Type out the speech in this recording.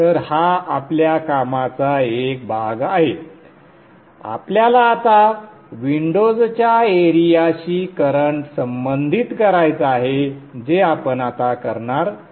तर हा आपल्या कामाचा एक भाग आहे आपल्याला आता विंडोजच्या एरियाशी करंट संबंधित करायचा आहे जे आपण आता करणार आहोत